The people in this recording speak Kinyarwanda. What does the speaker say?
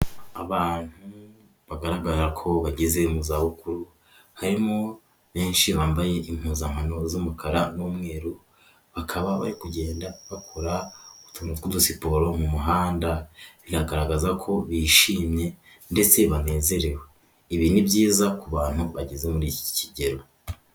Abantu bagaragara ko bageze mu za bukuru, harimo benshi bambaye impuzakano z'umukara n'umweru, bakaba bari kugenda bakora utuntu tw'udusipo mu muhanda, biragaragaza ko bishimye ndetse banezerewe, ibi ni byiza ku bantu bageze muri iki kigero.